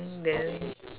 then